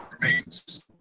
Remains